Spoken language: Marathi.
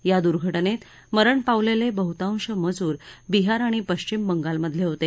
या दूर्घटनेत मरण पावलेले बहुतांश मजूर बिहार आणि पश्चिम बंगालमधले होते